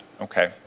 okay